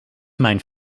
mijn